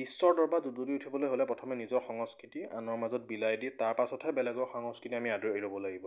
বিশ্বৰ দৰবাৰত উজ্বলি উঠিবলৈ হ'লে প্ৰথমে নিজৰ সংস্কৃতি আনৰ মাজত বিলাই দি তাৰ পাছতহে বেলেগৰ সংস্কৃতি আমি আদৰি ল'ব লাগিব